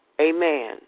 Amen